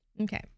Okay